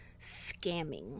scamming